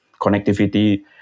connectivity